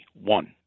one